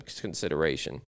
consideration